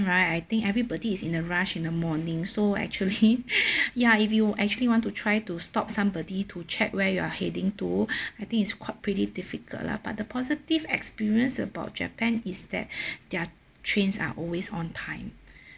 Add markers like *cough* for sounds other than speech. I I think everybody is in a rush in the morning so actually *breath* ya if you actually want to try to stop somebody to check where you are heading to *breath* I think it's quite pretty difficult lah but the positive experience about japan is that *breath* their trains are always on time